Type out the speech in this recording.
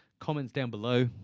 comments down below.